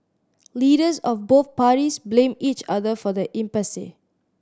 leaders of both parties blamed each other for the impasse